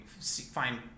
find